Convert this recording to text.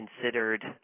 considered